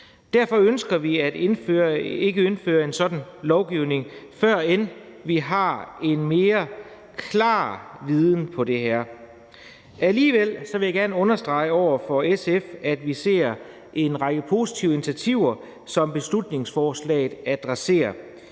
Derfor ønsker vi ikke at indføre en sådan lovgivning, førend vi har en mere klar viden på det her område. Alligevel vil jeg gerne understrege over for SF, at vi ser en række positive initiativer, som beslutningsforslaget adresserer.